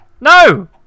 No